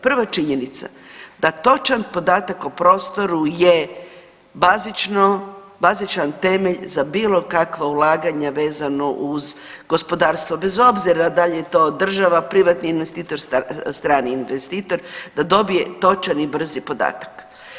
Prva činjenica da točan podatak o prostoru je bazično, bazičan temelj za bilo kakva ulaganja vezano uz gospodarstvo bez obzira da li je to država, privatni investitor, strani investitor da dobije točan i brzi podatak.